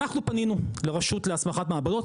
אנחנו פנינו לרשות להסמכת מעבדות,